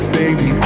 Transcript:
baby